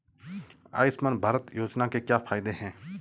आयुष्मान भारत योजना के क्या फायदे हैं?